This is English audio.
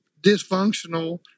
dysfunctional